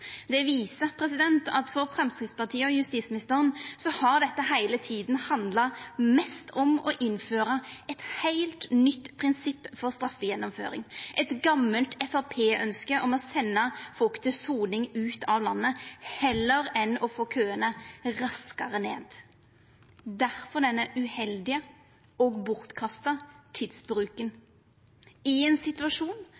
Det viser at for Framstegspartiet og justisministeren har dette heile tida handla mest om å innføra eit heilt nytt prinsipp for straffegjennomføring – eit gamalt Framstegsparti-ynske om å senda folk til soning ut av landet – heller enn å få køane raskare ned. Difor denne uheldige og bortkasta